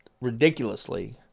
ridiculously